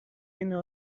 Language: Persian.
اینا